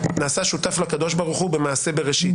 נעשה שותף לקדוש ברוך הוא במעשה בראשית.